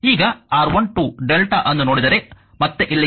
ಈಗ R1 2 lrmΔ ಅನ್ನು ನೋಡಿದರೆ ಮತ್ತೆ ಇಲ್ಲಿಗೆ ಬನ್ನಿ